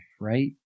right